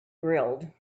grilled